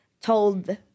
told